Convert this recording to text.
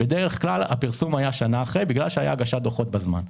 בדרך כלל הפרסום היה שנה אחרי בגלל שהייתה הגשת דוחות בזמן,